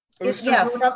Yes